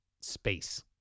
space